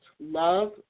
love